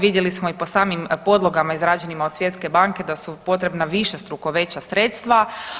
Vidjeli smo i po samim podlogama izrađenima od svjetske banke da su potrebna višestruko veća sredstva.